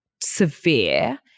severe